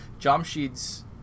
Jamshid's